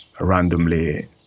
randomly